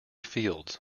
fields